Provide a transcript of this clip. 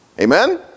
Amen